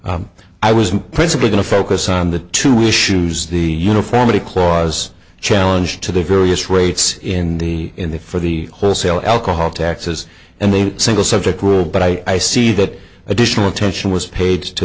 suit i was principally to focus on the two issues the uniformity clause challenge to the various rates in the in the for the wholesale alcohol taxes and the single subject rule but i see that additional attention was paid to